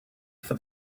for